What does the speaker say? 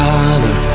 Father